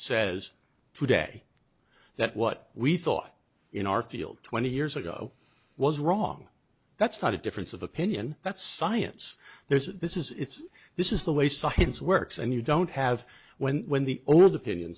says today that what we thought in our field twenty years ago was wrong that's not a difference of opinion that's science there's this is it's this is the way science works and you don't have when when the owner